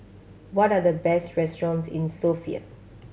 what are the best restaurants in Sofia